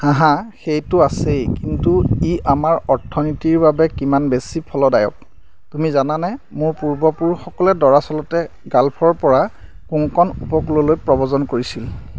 হাহা সেইটো আছেই কিন্তু ই আমাৰ অৰ্থনীতিৰ বাবে কিমান বেছি ফলদায়ক তুমি জানানে মোৰ পূৰ্বপুৰুষসকলে দৰাচলতে গাল্ফৰ পৰা কোঙ্কণ উপকূললৈ প্ৰব্ৰজন কৰিছিল